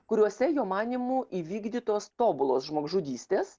kuriuose jo manymu įvykdytos tobulos žmogžudystės